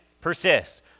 Persist